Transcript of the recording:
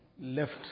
left